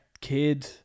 kid